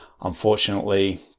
Unfortunately